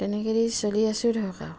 তেনেকেদি চলি আছো ধৰক আৰু